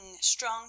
strong